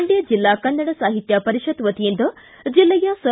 ಮಂಡ್ಯ ಜಿಲ್ಲಾ ಕನ್ನಡ ಸಾಹಿತ್ಯ ಪರಿಷತ್ ವತಿಯಿಂದ ಜಿಲ್ಲೆಯ ಸರ್